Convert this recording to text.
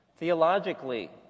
theologically